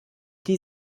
die